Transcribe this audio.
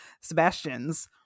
sebastian's